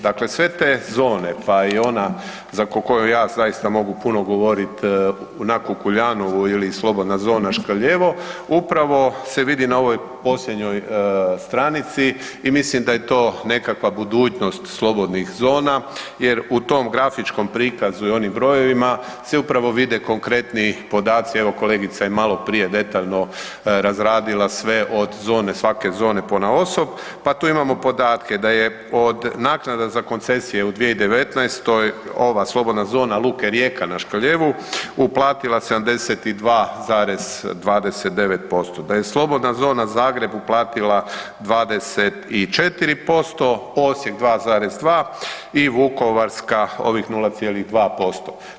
Dakle sve te zone, pa i ona za koju ja zaista mogu puno govoriti, na Kukuljanovu ili Slobodna zona Škrljevo, upravo se vidi na ovoj posljednjoj stranici i mislim da je to nekakva budućnost slobodnih zona jer u tom grafičkom prikazu i onim brojevima se upravo vide konkretni podaci, evo, kolegica je maloprije detaljno razradila sve od zone, svake zona ponaosob, pa tu imamo podatke, da je od naknada za koncesije u 2019. ova Slobodna zona luke Rijeka na Škrljevu, uplatila 72,29%, da je Slobodna zona Zagreb uplatila 24%, Osijek 2,2 i vukovarska, ovih 0,2%